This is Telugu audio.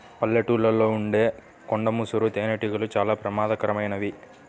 పల్లెటూళ్ళలో ఉండే కొండ ముసురు తేనెటీగలు చాలా ప్రమాదకరమైనవి